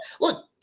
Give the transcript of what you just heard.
Look